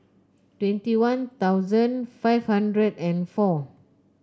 twenty One Thousand five hundred and four